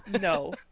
No